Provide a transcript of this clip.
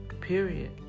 Period